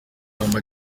ama